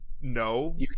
no